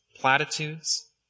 platitudes